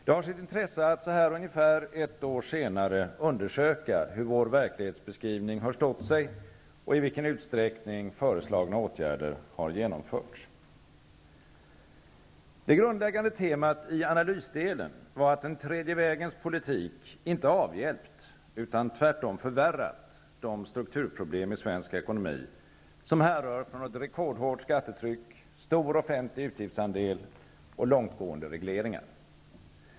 Det har sitt intresse att så här ungefär ett år senare undersöka hur vår verklighetsbeskrivning har stått sig och i vilken utsträckning föreslagna åtgärder har genomförts. Det grundläggande temat i analysdelen var att den tredje vägens politik inte avhjälpt utan tvärtom förvärrat de strukturproblem i svensk ekonomi som härrör från ett rekordhårt skattetryck, stor offentlig utgiftsandel och långtgående regleringar.